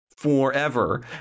forever